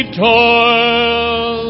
toil